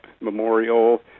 Memorial